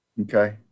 Okay